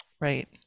Right